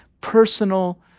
personal